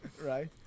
right